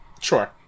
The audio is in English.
Sure